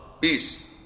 peace